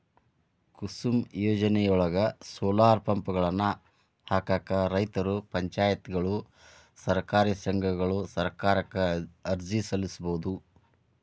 ಕುಸುಮ್ ಯೋಜನೆಯೊಳಗ, ಸೋಲಾರ್ ಪಂಪ್ಗಳನ್ನ ಹಾಕಾಕ ರೈತರು, ಪಂಚಾಯತ್ಗಳು, ಸಹಕಾರಿ ಸಂಘಗಳು ಸರ್ಕಾರಕ್ಕ ಅರ್ಜಿ ಸಲ್ಲಿಸಬೋದು